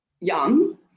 young